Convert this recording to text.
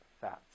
fats